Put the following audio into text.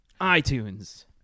iTunes